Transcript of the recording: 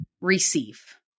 receive